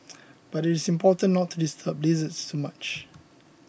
but it is important not to disturb lizards too much